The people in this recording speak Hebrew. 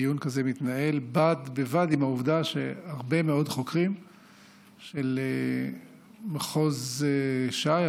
דיון כזה מתנהל בד בבד עם העובדה שהרבה מאוד חוקרים של מחוז ש"י,